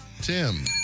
Tim